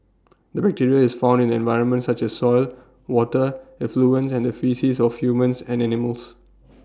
the bacteria is found in the environment such as soil water effluents and the faeces of humans and animals